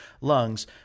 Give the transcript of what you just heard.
lungs